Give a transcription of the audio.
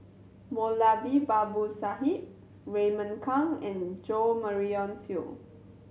Moulavi Babu Sahib Raymond Kang and Jo Marion Seow